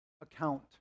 account